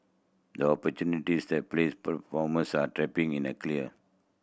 the opportunity that plays platforms are tapping in a clear